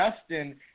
Justin